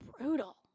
brutal